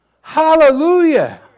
Hallelujah